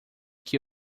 que